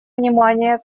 внимание